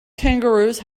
kangaroos